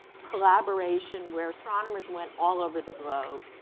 collaboration where astronomers went all over the globe.